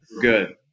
Good